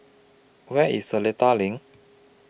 Where IS Seletar LINK